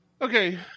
Okay